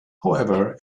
however